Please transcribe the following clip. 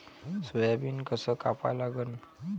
Soybean कस कापा लागन?